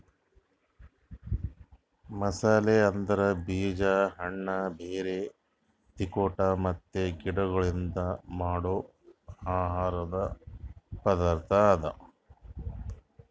ಮಸಾಲೆ ಅಂದುರ್ ಬೀಜ, ಹಣ್ಣ, ಬೇರ್, ತಿಗೊಟ್ ಮತ್ತ ಗಿಡಗೊಳ್ಲಿಂದ್ ಮಾಡೋ ಆಹಾರದ್ ಪದಾರ್ಥ ಅದಾ